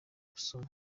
ubusuma